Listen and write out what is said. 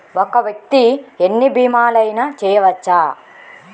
ఒక్క వ్యక్తి ఎన్ని భీమలయినా చేయవచ్చా?